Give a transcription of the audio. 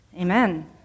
amen